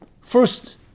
First